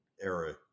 era